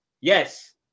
yes